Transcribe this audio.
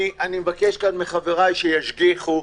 אני מבקש כאן מחבריי שישגיחו.